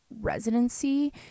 residency